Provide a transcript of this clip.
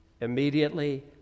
Immediately